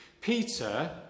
Peter